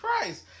Christ